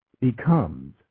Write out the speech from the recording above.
becomes